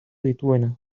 dituena